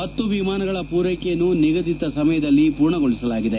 ಹತ್ತು ವಿಮಾನಗಳ ಪೂರ್ವೆಕೆಯನ್ನು ನಿಗದಿತ ಸಮಯದಲ್ಲಿ ಪೂರ್ಣಗೊಳಿಸಲಾಗಿದೆ